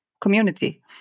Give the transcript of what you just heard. community